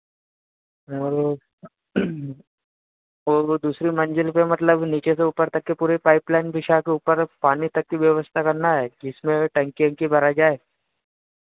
और और वो दूसरी मंजिल पे मतलब नीचे से ऊपर तक के पूरे पाइप लाइन बिछा के ऊपर पानी तक की व्यवस्था करना है जिसमें टंकी वंकी भरा जाए